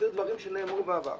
שנאמרו בעבר.